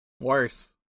worse